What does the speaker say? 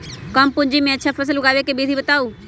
कम पूंजी में अच्छा फसल उगाबे के विधि बताउ?